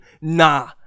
nah